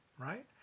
right